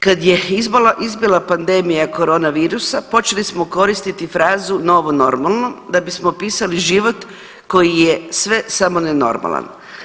Kad je izbila pandemija corona virusa počeli smo koristiti frazu novo normalno da pismo pisali život koji je sve samo ne normalan.